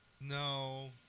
No